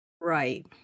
right